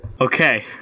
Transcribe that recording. Okay